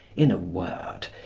in a word,